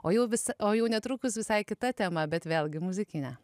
o jau visa o jau netrukus visai kita tema bet vėlgi muzikinė